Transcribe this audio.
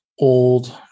old